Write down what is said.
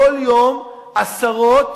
כל יום עשרות